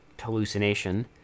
hallucination